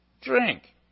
drink